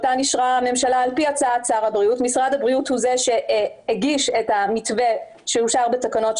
משרד הבריאות הוא זה שהגיש את המתווה שאושר בתקנות,